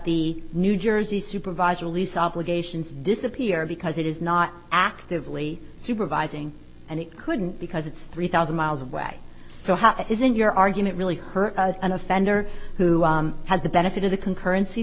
the new jersey supervised release obligations disappear because it is not actively supervising and it couldn't because it's three thousand miles away so how isn't your argument really hurt an offender who has the benefit of the concurrency